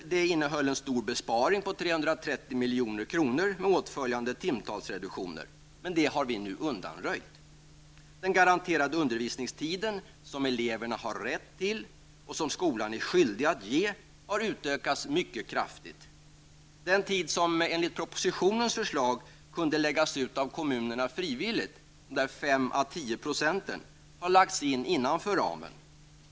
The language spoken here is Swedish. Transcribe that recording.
Det innehöll en stor besparing på 330 milj.kr. med åtföljande timtalsreduktioner. Men det har vi nu undanröjt. Den garanterade undervisningstiden, som eleverna har rätt till och som skolan har skyldighet att ge utbildning under, har utökats mycket kraftigt. Den tid som enligt propositionens förslag kunde läggas ut av kommunerna som frivillig tid, 5 à 10 %, har lagts in innanför ramen.